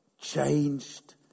changed